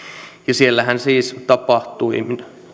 siellähän siis tapahtui